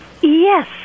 Yes